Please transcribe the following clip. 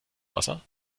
wasser